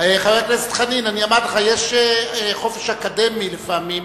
חבר הכנסת חנין, אמרתי לך, יש חופש אקדמי לפעמים,